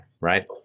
Right